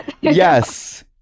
Yes